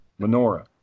menorah